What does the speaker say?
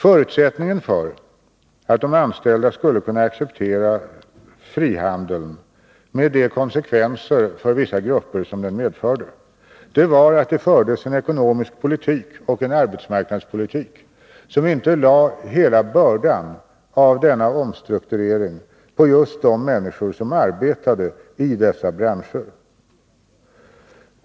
Förutsättningen för att de anställda skulle kunna acceptera frihandeln, med de konsekvenser för vissa grupper som den medförde, var att det fördes en ekonomisk politik och en arbetsmarknadspolitik som inte lade hela bördan av denna omstrukturering på just de människor som arbetade i dessa branscher.